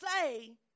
say